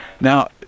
Now